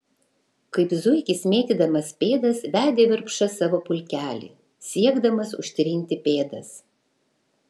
kaip zuikis mėtydamas pėdas vedė virpša savo pulkelį siekdamas užtrinti pėdas